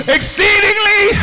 Exceedingly